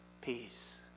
peace